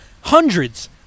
hundreds